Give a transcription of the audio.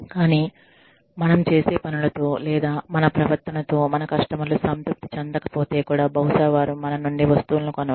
కానీ మనం చేసే పనులతో లేదా మన ప్రవర్తనతో మన కస్టమర్లు సంతృప్తి చెందకపోతే కుడా బహుశా వారు మన నుండి వస్తువులను కొనవచ్చు